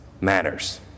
matters